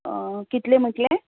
कितलें म्हणलें